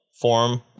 form